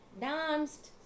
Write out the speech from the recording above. danced